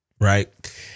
right